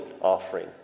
offering